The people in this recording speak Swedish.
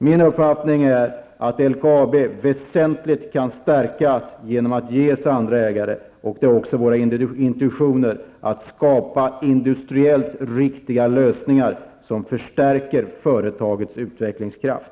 Min uppfattning är att LKAB väsentligt kan stärkas genom att ges andra ägare, och det är också våra intentioner att skapa industriellt riktiga lösningar som förstärker företagets utvecklingskraft.